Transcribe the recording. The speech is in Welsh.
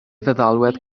feddalwedd